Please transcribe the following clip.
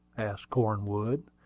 asked cornwood,